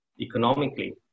economically